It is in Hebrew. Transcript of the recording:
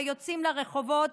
ויוצאים לרחובות,